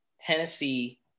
Tennessee